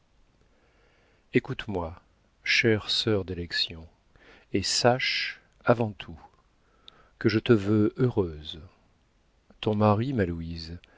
écoute-moi chère sœur d'élection et sache avant tout que je te veux heureuse ton mari ma